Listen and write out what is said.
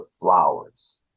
flowers